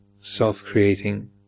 self-creating